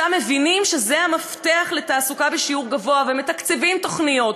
שם מבינים שזה המפתח לתעסוקה בשיעור גבוה ומתקצבים תוכניות,